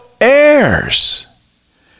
heirs